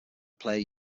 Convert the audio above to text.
player